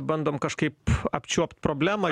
bandom kažkaip apčiuopti problemą